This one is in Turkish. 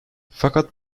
fakat